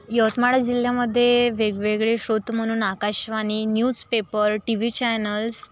यवतमाळ जिल्ह्यामध्ये वेगवेगळे स्रोत म्हणून Akashvani newspaper T V channels